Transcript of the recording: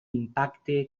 impacte